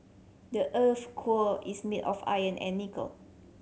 the earth's core is made of iron and nickel